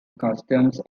customs